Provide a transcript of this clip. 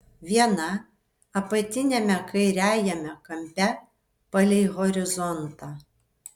viena apatiniame kairiajame kampe palei horizontą